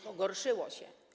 Pogorszyło się.